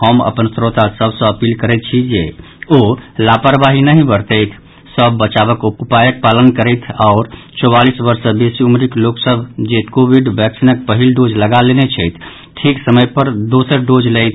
हम अपन सभ श्रोता सँ अपील करैत छी जे ओ लापरवाही नहि बरतैथ सभ बचावक उपायक पालन करैथ आओर चौवालीस वर्ष सँ बेसी उमरिक लोक सभ जे कोविड वैक्सीनक पहिल डोज लऽ लेने छथि ठीक समय पर दोसर डोज लैथ